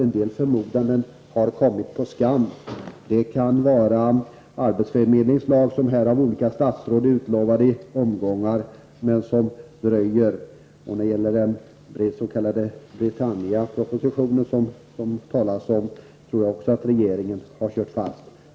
En del förmodanden har kommit på skam. En arbetsförmedlingslag har i omgångar utlovats av olika statsråd, men den dröjer. När det gäller den s.k. Britanniapropositionen tror jag också att regeringen har kört fast.